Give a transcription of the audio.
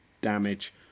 damage